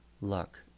Luck